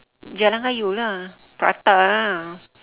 jalan-kayu lah prata ah